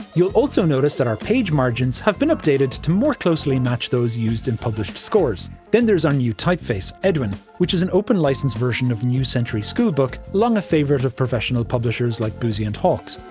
you'll also notice that our page margins have been updated to more closely match those used in published scores. then there's our new typeface, edwin, which is an open license version of new century schoolbook long a favourite of professional publishers, like boosey and hawkes.